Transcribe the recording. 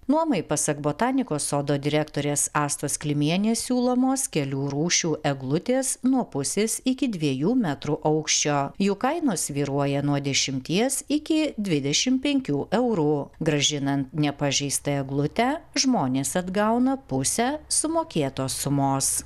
nuomai pasak botanikos sodo direktorės astos klimienės siūlomos kelių rūšių eglutės nuo pusės iki dviejų metrų aukščio jų kainos svyruoja nuo dešimties iki dvidešim penkių eurų grąžinan nepažeistą eglutę žmonės atgauna pusę sumokėtos sumos